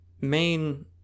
main